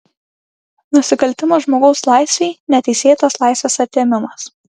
nusikaltimas žmogaus laisvei neteisėtas laisvės atėmimas